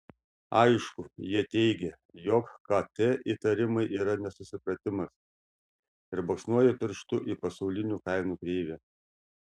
aišku jie teigia jog kt įtarimai yra nesusipratimas ir baksnoja pirštu į pasaulinių kainų kreivę